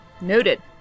Noted